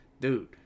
dude